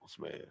man